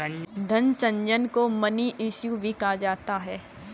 धन सृजन को मनी इश्यू भी कहा जाता है